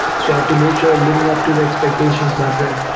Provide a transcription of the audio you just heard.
so after major living up to the expectations, my friend